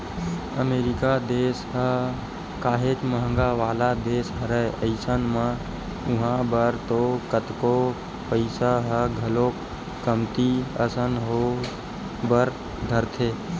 अमरीका देस ह काहेच के महंगा वाला देस हरय अइसन म उहाँ बर तो कतको पइसा ह घलोक कमती असन होय बर धरथे